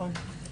נכון.